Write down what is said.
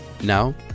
Now